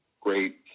great